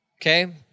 okay